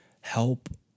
help